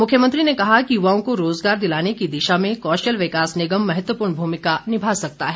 मुख्यमंत्री ने कहा कि युवाओं को रोज़गार दिलाने की दिशा में कौशल विकास निगम महत्वपूर्ण भूमिका निभा सकता है